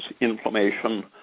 inflammation